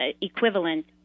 equivalent